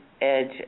edge